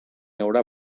haurà